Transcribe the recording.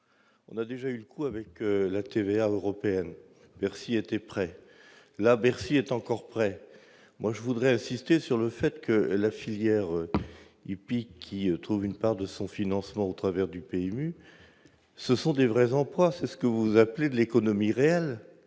on a déjà eu le coup avec la TVA européenne, Bercy était prêt, la Bercy est encore prêt moi je voudrais insister sur le fait que la filière hippique qui trouve une part de son financement au travers du pays, ce sont des vrais emplois, c'est ce que vous appelez de l'économie réelle,